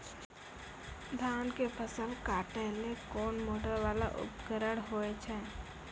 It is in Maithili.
धान के फसल काटैले कोन मोटरवाला उपकरण होय छै?